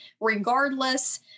Regardless